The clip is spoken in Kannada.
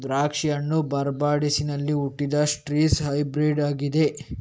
ದ್ರಾಕ್ಷಿ ಹಣ್ಣು ಬಾರ್ಬಡೋಸಿನಲ್ಲಿ ಹುಟ್ಟಿದ ಸಿಟ್ರಸ್ ಹೈಬ್ರಿಡ್ ಆಗಿದೆ